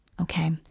Okay